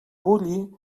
bulli